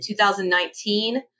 2019